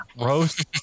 Roast